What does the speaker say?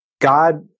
God